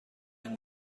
این